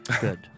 good